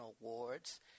Awards